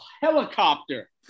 helicopter